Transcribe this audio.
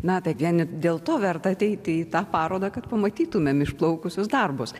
natą vien dėl to verta ateiti į tą parodą kad pamatytumėm išplaukusius darbus